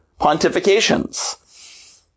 pontifications